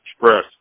Express